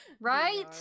Right